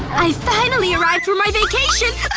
i've finally arrived for my vacation